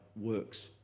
works